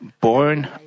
born